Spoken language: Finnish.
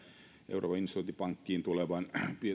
euroopan investointipankkiin tulevan